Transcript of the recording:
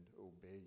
obey